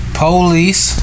police